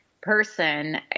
person